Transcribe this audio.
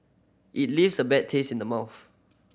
it leaves a bad taste in the mouth